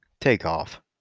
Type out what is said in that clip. Takeoff